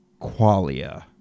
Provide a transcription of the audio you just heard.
qualia